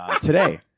today